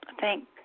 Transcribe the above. thank